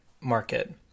market